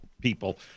people